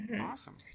awesome